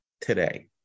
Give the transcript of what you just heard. today